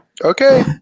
okay